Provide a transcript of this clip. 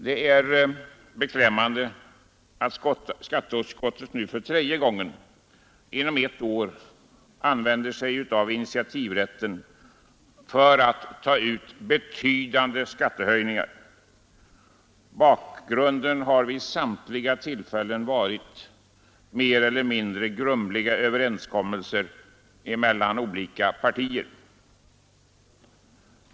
Det är beklämmande att skatteutskottet nu för tredje gången inom ett år använder initiativrätten för att ta ut betydande skattehöjningar. Bakgrunden har vid samtliga tillfällen varit mer eller mindre grumliga överenskommelser mellan olika partier.